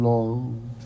Lord